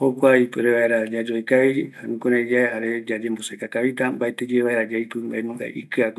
jukurai yayoekavita, aguiyeara yaipɨye ikɨague